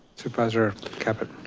supervisor caput?